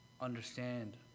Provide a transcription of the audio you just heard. understand